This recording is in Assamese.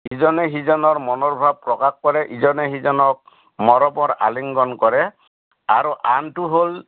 ইজনে সিজনৰ মনৰ ভাৱ প্ৰকাশ কৰে ইজনে সিজনক মৰমৰ আলিংগন কৰে আৰু আনটো হ'ল